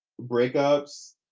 breakups